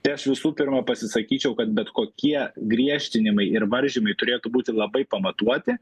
tai aš visų pirma pasisakyčiau kad bet kokie griežtinimai ir varžymai turėtų būti labai pamatuoti